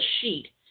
sheet